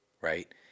right